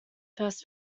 first